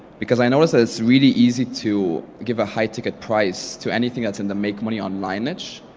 because i notice that it's really easy to give a high-ticket price to anything that's in the make money online niche.